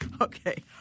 Okay